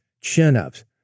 chin-ups